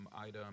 item